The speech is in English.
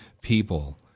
people